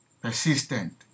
persistent